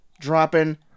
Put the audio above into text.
dropping